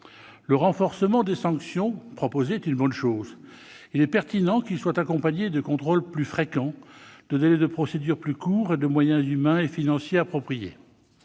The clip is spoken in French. Le renforcement des sanctions proposé est une bonne chose. Il est pertinent qu'il soit accompagné de contrôles plus fréquents, de délais de procédure plus courts et de moyens humains et financiers appropriés.